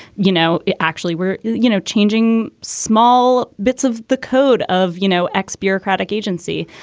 you know, actually, we're, you know, changing small bits of the code of, you know, x bureaucratic agency.